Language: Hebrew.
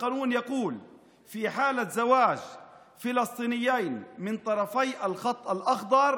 החוק הזה אומר שבמקרה של נישואים בין שני פלסטינים משני צידי הקו הירוק,